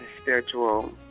spiritual